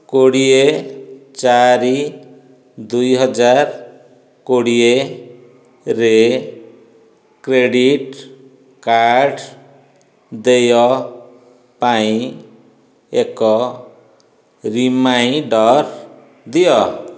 କୋଡ଼ିଏ ଚାରି ଦୁଇ ହଜାର କୋଡ଼ିଏରେ କ୍ରେଡ଼ିଟ୍ କାର୍ଡ଼ ଦେୟ ପାଇଁ ଏକ ରିମାଇଣ୍ଡର୍ ଦିଅ